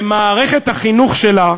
שמערכת החינוך שלה,